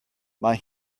mae